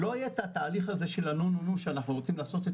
לא יהיה את התהליך הזה של האזהרה שאנחנו רוצים לעשות,